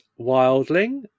Wildling